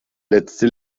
letzte